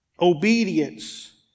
Obedience